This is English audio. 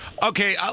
Okay